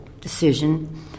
decision